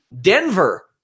Denver